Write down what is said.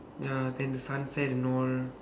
ya then the sunset and all